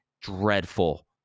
dreadful